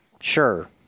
sure